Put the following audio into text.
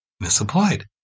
misapplied